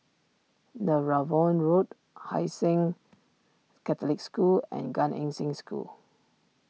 Netheravon Road Hai Sing Catholic School and Gan Eng Seng School